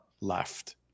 left